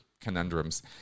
conundrums